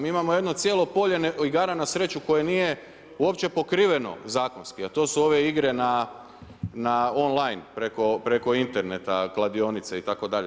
Mi imamo jedno cijelo polje igara na sreću koje nije uopće pokriveno zakonski, a to su ove igre na on line preko interneta kladionice itd.